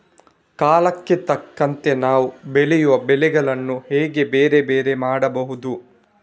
ಕಾಲಕ್ಕೆ ತಕ್ಕಂತೆ ನಾವು ಬೆಳೆಯುವ ಬೆಳೆಗಳನ್ನು ಹೇಗೆ ಬೇರೆ ಬೇರೆ ಮಾಡಬಹುದು?